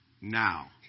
now